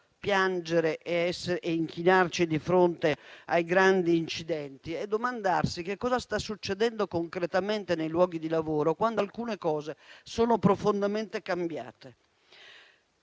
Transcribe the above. piangere e inchinarci di fronte ai grandi incidenti, ma è anche domandarsi che cosa sta succedendo concretamente nei luoghi di lavoro quando alcune cose sono profondamente cambiate.